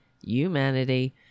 humanity